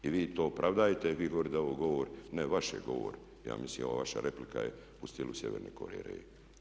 I vi to opravdajte, vi govorite da je ovo govor, ne vaš je govor ja mislim ova vaša replika je u stilu Sjeverne Koreje.